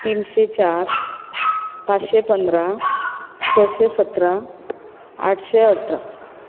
तीनशें चार पांचशें पंदरा सयशें सतरां आठशें अठरां